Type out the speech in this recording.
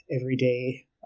everyday